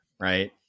Right